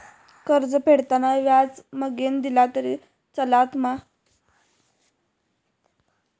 कर्ज फेडताना व्याज मगेन दिला तरी चलात मा?